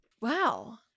Wow